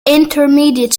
intermediate